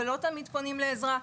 ולא תמיד פונים לעזרה.